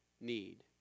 need